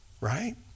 right